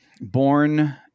Born